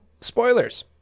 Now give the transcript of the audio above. spoilers